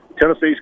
Tennessee's